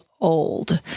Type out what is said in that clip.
old